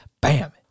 bam